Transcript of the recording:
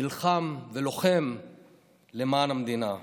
נלחם ולוחם למען המדינה.